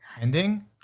ending